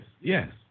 Yes